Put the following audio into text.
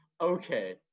Okay